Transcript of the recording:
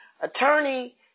Attorney